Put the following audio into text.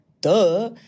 Duh